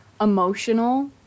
emotional